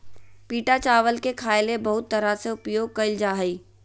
पिटा चावल के खाय ले बहुत तरह से उपयोग कइल जा हइ